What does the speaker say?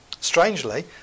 Strangely